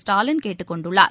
ஸ்டாலின் கேட்டுக் கொண்டுள்ளார்